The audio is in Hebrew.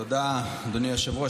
תודה, אדוני היושב-ראש.